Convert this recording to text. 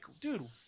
dude